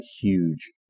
huge